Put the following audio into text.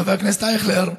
חבר הכנסת אייכלר,